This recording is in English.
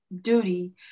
duty